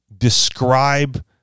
describe